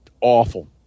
awful